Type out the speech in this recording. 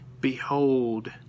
behold